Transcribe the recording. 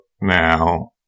now